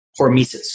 hormesis